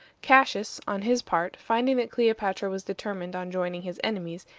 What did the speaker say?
cassius, on his part, finding that cleopatra was determined on joining his enemies,